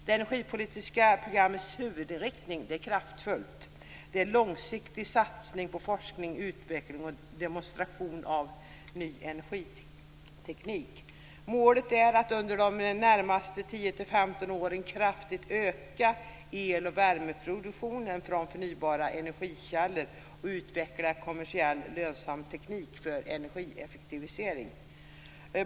Det energipolitiska programmets huvudinriktning är en kraftfull, långsiktig satsning på forskning, utveckling och demonstration av ny energiteknik. Målet är att under de närmaste tio-femton åren kraftigt öka el och värmeproduktion från förnybara energikällor och utveckla kommersiellt lönsam teknik för energieffektivisering.